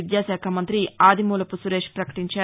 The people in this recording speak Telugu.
విద్యాశాఖ మంగ్రి ఆదిమూలపు సురేష్ పకటించారు